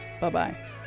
Bye-bye